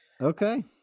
Okay